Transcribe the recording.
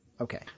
Okay